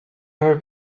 ever